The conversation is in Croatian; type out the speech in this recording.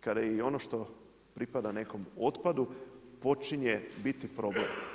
kada je i ono što pripada nekom otpadu, počinje biti problem.